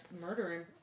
murdering